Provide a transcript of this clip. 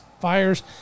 fires